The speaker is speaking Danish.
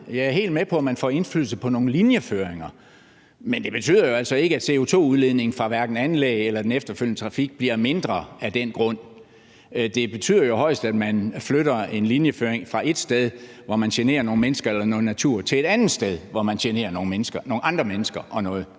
Jeg er helt med på, at man får indflydelse på nogle linjeføringer, men det betyder jo altså ikke, at CO2-udledningen hverken fra anlæg eller den efterfølgende trafik bliver mindre af den grund. Det betyder jo højst, at man flytter en linjeføring fra et sted, hvor man generer nogle mennesker eller noget natur, til et andet sted, hvor man generer nogle andre mennesker og noget